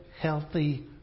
healthy